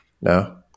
No